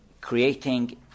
creating